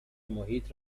محیط